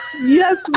yes